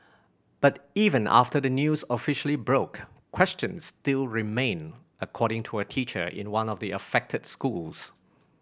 but even after the news officially broke questions still remain according to a teacher in one of the affected schools